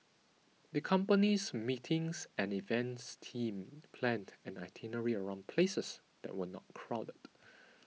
the company's meetings and events team planned an itinerary around places that were not crowded